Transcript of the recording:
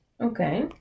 Okay